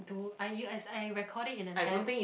do I you as I record it in an app